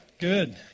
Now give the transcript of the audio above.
Good